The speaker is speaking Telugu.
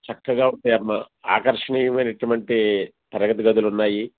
చక్కగా ఉన్నాయి అమ్మా ఆకర్షణీయమైన అటువంటి తరగతి గదులు ఉన్నాయి